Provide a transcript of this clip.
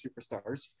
superstars